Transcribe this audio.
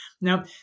Now